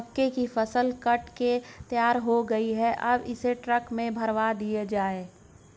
मक्के की फसल कट के तैयार हो गई है अब इसे ट्रक में भरवा दीजिए